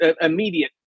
immediate